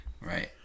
Right